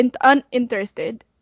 uninterested